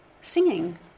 singing